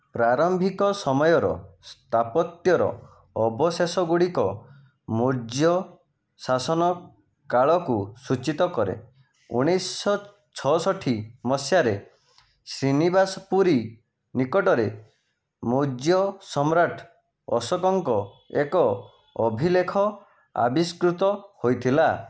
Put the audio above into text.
ପ୍ରାରମ୍ଭିକ ସମୟର ସ୍ଥାପତ୍ୟର ଅବଶେଷ ଗୁଡ଼ିକ ମୌର୍ଯ୍ୟ ଶାସନ କାଳକୁ ସୂଚିତ କରେ ଉଣେଇଶିଶହ ଛଅଷଠି ମସିହାରେ ଶ୍ରୀନିବାସ ପୁରୀ ନିକଟରେ ମୌର୍ଯ୍ୟ ସମ୍ରାଟ ଅଶୋକଙ୍କ ଏକ ଅଭିଲେଖ ଆବିଷ୍କୃତ ହୋଇଥିଲା